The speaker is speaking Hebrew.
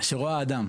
שרואה אדם.